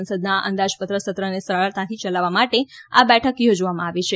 સંસદના અંદાજપત્ર સત્રને સરળતાથી ચલાવવા માટે આ બેઠક યોજવામાં આવી છે